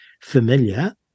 familiar